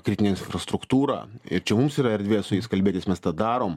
kritinę infrastruktūrą ir čia mums yra erdvė su jais kalbėtis mes tą darom